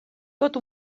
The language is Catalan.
tot